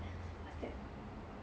what's that